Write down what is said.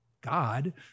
God